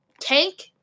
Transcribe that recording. tank